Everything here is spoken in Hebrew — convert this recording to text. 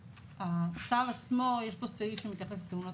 בעצם הצו עצמו יש בו סעיף שמתייחס לתאונות